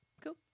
Cool